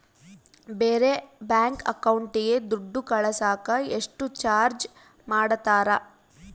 ಬೇರೆ ಬ್ಯಾಂಕ್ ಅಕೌಂಟಿಗೆ ದುಡ್ಡು ಕಳಸಾಕ ಎಷ್ಟು ಚಾರ್ಜ್ ಮಾಡತಾರ?